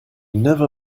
never